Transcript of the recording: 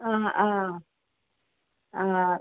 ആ ആ ആ